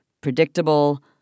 predictable